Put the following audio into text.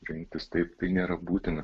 rinktis taip tai nėra būtina